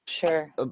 Sure